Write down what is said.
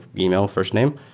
email, first name,